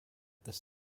this